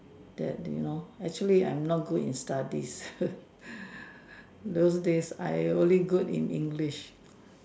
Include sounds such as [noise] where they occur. that day lor actually I am not good in studies [noise] those days I only good in English